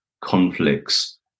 conflicts